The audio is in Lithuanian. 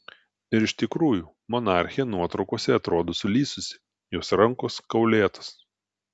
ir iš tikrųjų monarchė nuotraukose atrodo sulysusi jos rankos kaulėtos